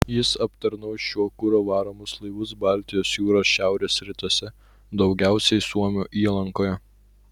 jis aptarnaus šiuo kuru varomus laivus baltijos jūros šiaurės rytuose daugiausiai suomių įlankoje